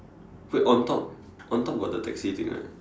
wait on top on top got the taxi thing right